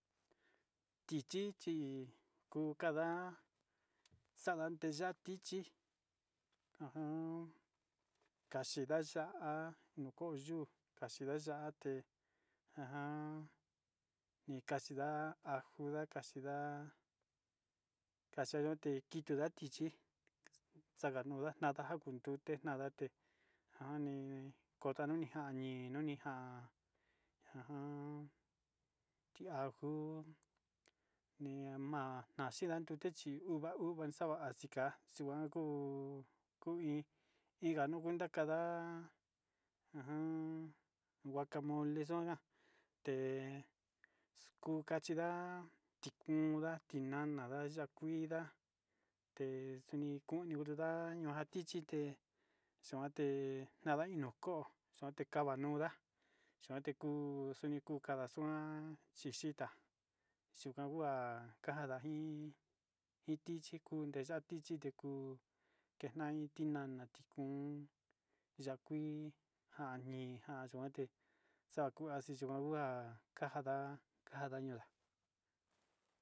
Tichi chi ku kada xadio tiya tichi, uun kaxinda ya'á onkoyu kaxinda ya'á té ajan nikaxinda anjunda kaxinda kaxiadute da tichi xakanunda ñaxanga kondute nadate njani kotanija nii noni ha ajan, chí ajo niama nuxii nindan tute chi uva uva xava axhia xinjan nuku kuu iin inga nuu akanda ujun huacamole xuan te kuu kachinda'a tikunda tinana nga ya'á kuida tendikuni kuxinda añotichi té xonde nada ino ko xonte kava'a nundá chuan kuu kuniku kanda xundá, anxita yukahua kanjanda iin iin kiche unde ya'a tichi kuu kinda iin tinana tin ya'a kuii njanijan ayuante xa'a kua achikuahua kanja kanja ndañunda.